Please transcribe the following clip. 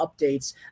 updates